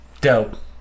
dope